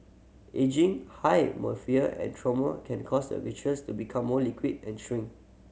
ageing high myopia and trauma can cause the vitreous to become more liquid and shrink